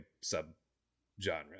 sub-genre